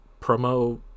Promo